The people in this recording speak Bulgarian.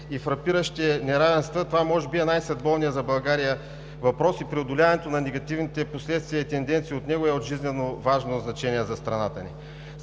и фрапиращи неравенства, това може би е най-съдбовният за България въпрос и преодоляването на негативните последствия и тенденции от него е от жизнено важно значение за страната ни.